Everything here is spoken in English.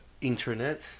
internet